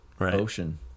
ocean